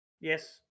Yes